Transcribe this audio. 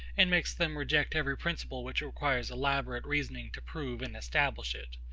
and makes them reject every principle which requires elaborate reasoning to prove and establish it.